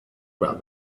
about